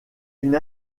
une